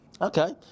okay